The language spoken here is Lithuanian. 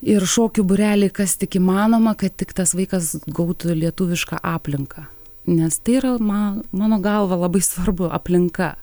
ir šokių būreliai kas tik įmanoma kad tik tas vaikas gautų lietuvišką aplinką nes tai yra ma mano galva labai svarbu aplinka